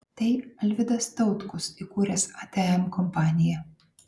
tai alvidas tautkus įkūręs atm kompaniją